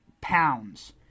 pounds